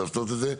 לעשות את זה,